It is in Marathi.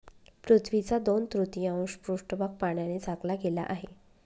पृथ्वीचा दोन तृतीयांश पृष्ठभाग पाण्याने झाकला गेला आहे